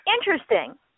interesting